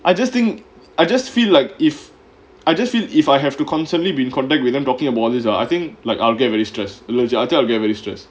I just think I just feel like if I just feel if I have to constantly be in contact with them talking about this ah I think like I'll get very stressed legit I think I will get very stressed